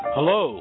Hello